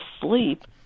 sleep